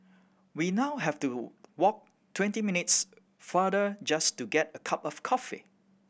we now have to walk twenty minutes farther just to get a cup of coffee